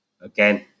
Again